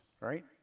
right